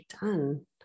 done